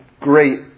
great